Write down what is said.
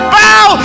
bow